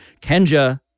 Kenja